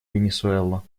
венесуэла